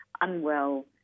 unwell